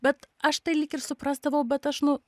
bet aš tai lyg ir suprasdavau bet aš nu